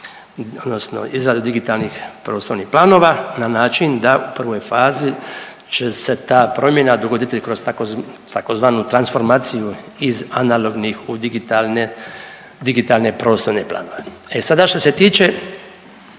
odnosno izradu digitalnih prostornih planova na način da u prvoj fazi će se ta promjena dogoditi kroz tzv. transformaciju iz analognih u digitalne, digitalne prostorne planove. E sada što se tiče